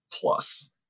plus